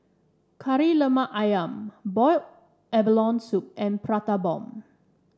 Kari Lemak ayam boil abalone soup and Prata Bomb